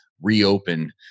reopen